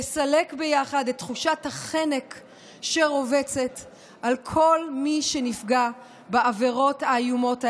לסלק ביחד את תחושת החנק שרובצת על כל מי שנפגע בעבירות האיומות האלה.